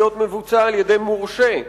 יעבור להיות מבוצע על-ידי מורשה.